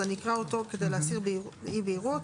אז אני אקרא אותו כדי להסיר את אי הבהירות.